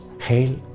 hail